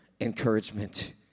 encouragement